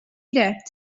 that